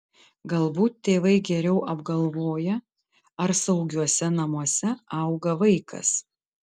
galbūt tėvai geriau apgalvoja ar saugiuose namuose auga vaikas